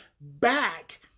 back